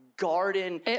Garden